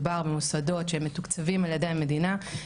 מדובר במוסדות שמתוקצבים על ידי המדינה,